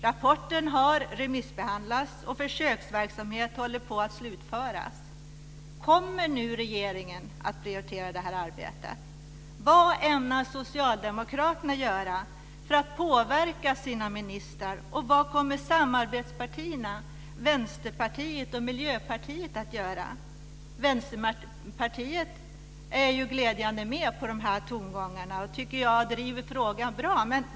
Rapporten har remissbehandlats, och försöksverksamhet håller på att slutföras. Kommer nu regeringen att prioritera arbetet? Vad ämnar socialdemokraterna göra för att påverka sina ministrar, och vad kommer samarbetspartierna Vänsterpartiet och Miljöpartiet att göra? Vänsterpartiet är ju glädjande nog med på tongångarna och driver frågan bra.